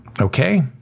Okay